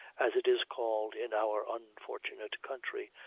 as it is called in our unfortunate country,